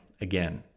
again